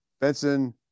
Benson